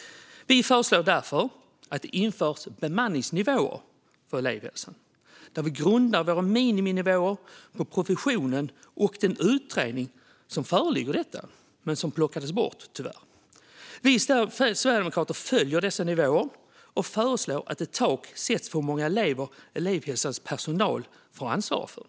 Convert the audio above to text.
Vi föreslår därför att det införs bemanningsnivåer för elevhälsan. Där grundar vi våra miniminivåer på professionen och den utredning som föreslog detta men som tyvärr plockades bort. Vi sverigedemokrater följer dessa nivåer och föreslår att ett tak sätts för hur många elever elevhälsans personal får ansvara för.